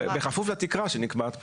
בכפוף לתקרה שנקבעת כאן.